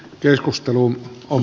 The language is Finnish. keskusteluun on